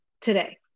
today